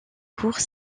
court